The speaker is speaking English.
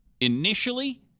initially